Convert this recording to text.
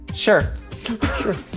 Sure